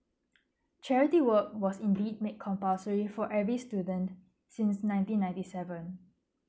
charity work was indeed made compulsory for every student since nineteen ninety seven